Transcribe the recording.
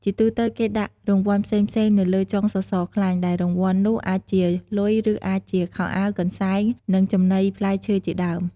ជាទូទៅ គេដាក់រង្វាន់ផ្សេងៗនៅលើចុងសសរខ្លាញ់ ដែលរង្វាន់នោះអាចជាលុយ ឬអាចជាខោអាវ កន្សែង និងចំណីផ្លែឈើជាដើម។